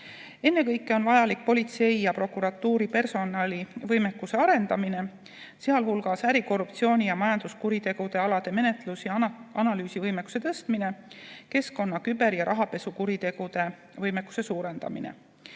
Ennekõike on vajalik politsei ja prokuratuuri personali võimekuse arendamine, sealhulgas äri-, korruptsiooni- ja majanduskuritegude alal menetlus- ja analüüsivõimekuse suurendamine, samuti keskkonna-, küber- ja rahapesukuritegude alal võimekuse suurendamine.